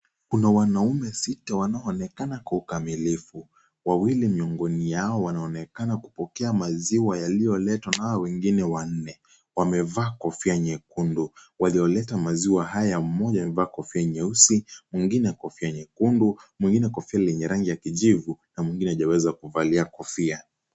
Kuna wanaume sita wanaoonekana kwa ukamilifu ,wawili mwiongoni yao wanaonekana kupokea maziwa yaliyoletwa na hawa wngine wanne wamevaa kofia nyekundu , walioleta maziwa haya mmoja wamevaa kofia nyeusi mwingine kofia nyekundu mwingine kofia lenye rangi ya kijivu na mwingine hajaweza kuvalia kofia.